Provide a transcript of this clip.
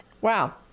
Wow